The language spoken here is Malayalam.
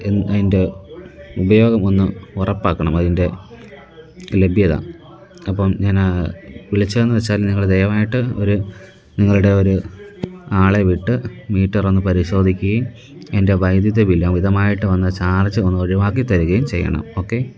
അതിന്റെ ഉപയോഗം ഒന്ന് ഉറപ്പാക്കണം അതിന്റെ ലഭ്യത അപ്പോള് ഞാനാണു വിളിച്ചതെന്നുവച്ചാല് നിങ്ങള് ദയവായിട്ട് ഒരു നിങ്ങളുടെ ഒരു ആളെ വിട്ട് മീറ്ററൊന്ന് പരിശോധിക്കുകയും എന്റെ വൈദ്യുതി ബില്ല് അമിതമായിട്ട് വന്ന ചാര്ജ് ഒന്ന് ഒഴിവാക്കിത്തരുകയും ചെയ്യണം ഓക്കെ